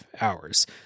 hours